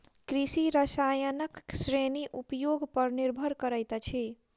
कृषि रसायनक श्रेणी उपयोग पर निर्भर करैत अछि